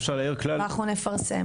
אנחנו נפרסם.